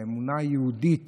האמונה היהודית